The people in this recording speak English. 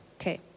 okay